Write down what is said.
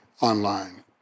online